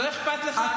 לא אכפת לך?